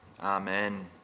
Amen